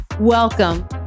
Welcome